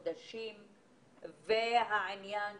בסוף חודש אפריל התקשרו אלינו ואמרו לנו